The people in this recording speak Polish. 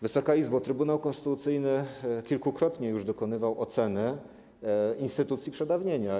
Wysoka Izbo, Trybunał Konstytucyjny kilkukrotnie już dokonywał oceny instytucji przedawnienia.